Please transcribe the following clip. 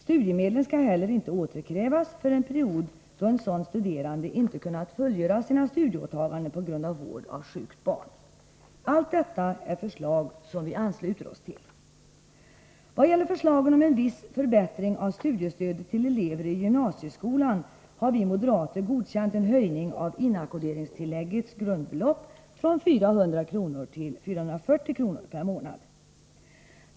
Studiemedlen skall heller inte återkrävas för period, då sådan studerande inte kunnat fullgöra sina studieåtaganden på grund av vård av sjukt barn. Allt detta är förslag som vi ansluter oss till. Vad gäller förslagen om en viss förbättring av studiestödet till elever i gymnasieskolan har vi moderater godkänt en höjning av inackorderingstillläggets grundbelopp från 400 kr. till 440 kr. per månad.